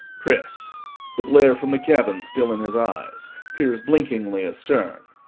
chris the glare from the cabin still in his eyes, peers blinkmgly astern.